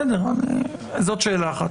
בסדר, זאת שאלה אחת.